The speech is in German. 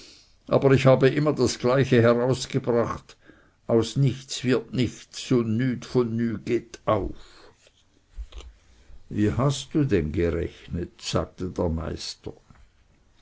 aber ich habe immer das gleiche herausgebracht aus nichts wird nichts und nüt von nüt geht auf wie hast du denn gerechnet sagte der meister